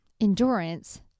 endurance